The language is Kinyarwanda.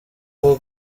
uba